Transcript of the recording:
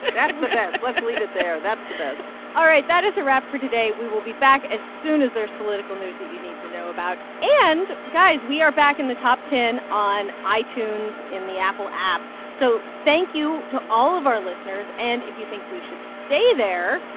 that is the best let's leave it there. that's the best all right. that is a wrap for today. we will be back as soon as there's political news that you need to know about. and, guys, we are back in the top ten on itunes in the apple app. so thank you to all of our listeners. and if you think we should stay there,